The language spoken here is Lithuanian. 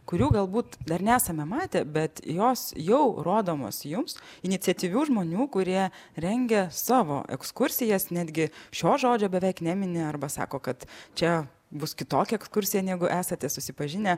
kurių galbūt dar nesame matę bet jos jau rodomos jums iniciatyvių žmonių kurie rengia savo ekskursijas netgi šio žodžio beveik nemini arba sako kad čia bus kitokia ekskursija negu esate susipažinę